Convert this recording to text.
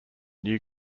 new